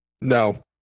No